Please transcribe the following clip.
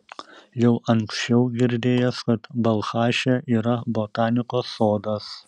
jau anksčiau girdėjęs kad balchaše yra botanikos sodas